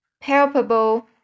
palpable